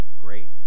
great